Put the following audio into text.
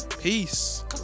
Peace